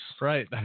right